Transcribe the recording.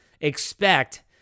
expect